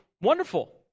wonderful